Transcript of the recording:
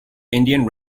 indian